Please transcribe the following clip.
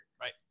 Right